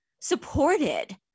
supported